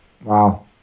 wow